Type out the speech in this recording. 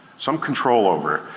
some control over.